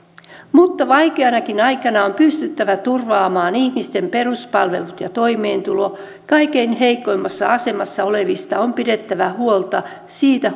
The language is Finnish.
mutta vaikeanakin aikana on pystyttävä turvaamaan ihmisten peruspalvelut ja toimeentulo kaikkein heikoimmassa asemassa olevista on pidettävä huolta siitä